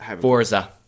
Forza